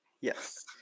Yes